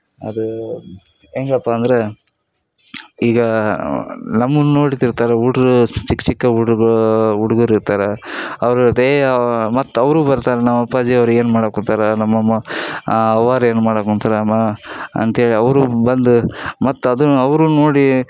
ಅದು ಹೆಂಗಪ್ಪ ಅಂದರೆ ಈಗ ನಮ್ಮನ್ನ ನೋಡ್ತಿರ್ತಾರೆ ಹುಡ್ರೂ ಸ್ ಚಿಕ್ಕ ಚಿಕ್ಕ ಹುಡುಗ್ರೂ ಹುಡ್ಗುರ್ ಇರ್ತಾರೆ ಅವ್ರು ಅದೇಯ ಮತ್ತು ಅವರೂ ಬರ್ತಾರೆ ನಮ್ಮ ಅಪ್ಪಾಜಿಯವ್ರು ಏನು ಮಾಡಕತ್ತಾರ ನಮ್ಮ ಅಮ್ಮ ಅವ್ವಾರು ಏನು ಮಾಡಕೊಂತರ ಅಮ್ಮ ಅಂತೇಳಿ ಅವರೂ ಬಂದು ಮತ್ತೆ ಅದನ್ನು ಅವರೂ ನೋಡಿ